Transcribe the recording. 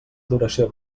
duració